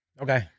Okay